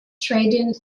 trading